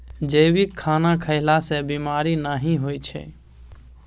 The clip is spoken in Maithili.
जैविक खाना खएला सँ बेमारी नहि होइ छै